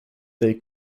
they